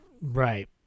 right